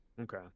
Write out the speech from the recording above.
okay